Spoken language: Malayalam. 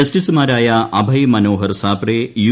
ജസ്റ്റിസ്മാരായ അഭയ് മനോഹർ സാപ്റേ യു